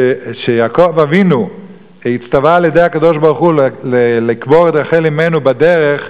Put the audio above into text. שיעקב אבינו הצטווה על-ידי הקדוש-ברוך-הוא לקבור את רחל אמנו בדרך,